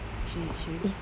chill chill